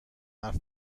حرف